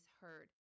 heard